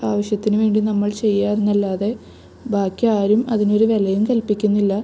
ആവശ്യത്തിന് വേണ്ടി നമ്മൾ ചെയ്യുക എന്നല്ലാതെ ബാക്കി ആരും അതിനൊരു വിലയും കൽപ്പിക്കുന്നില്ല